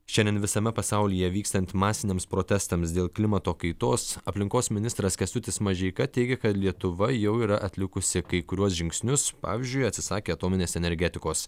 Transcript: šiandien visame pasaulyje vykstant masiniams protestams dėl klimato kaitos aplinkos ministras kęstutis mažeika teigė kad lietuva jau yra atlikusi kai kuriuos žingsnius pavyzdžiui atsisakė atominės energetikos